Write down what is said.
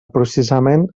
processament